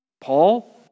Paul